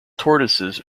tortoises